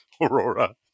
Aurora